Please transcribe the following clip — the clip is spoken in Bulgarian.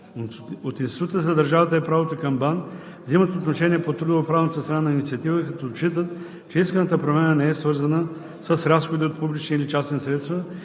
От Института за държавата и правото към БАН взимат отношение по трудово-правната страна на инициативата, като отчитат, че исканата промяна не е свързана с разходи от публични или частни средства